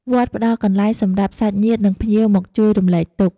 វត្តផ្ដល់កន្លែងសម្រាប់សាច់ញាតិ និងភ្ញៀវមកជួយរំលែកទុក្ខ។